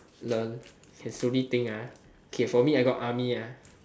lol can slowly think ah k for me I got army ah